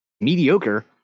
mediocre